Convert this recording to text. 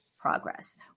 progress